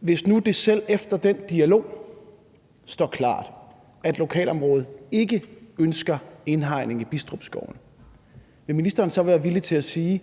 Hvis det nu selv efter den dialog står klart, at lokalområdet ikke ønsker indhegning i Bidstrup Skovene, vil ministeren så være villig til at sige,